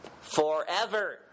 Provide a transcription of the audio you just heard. Forever